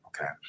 Okay